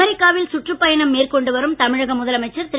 அமெரிக்காவில் சுற்றுப்பயணம் மேற்கொண்டு வரும் தமிழக முதலமைச்சர் திரு